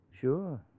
Sure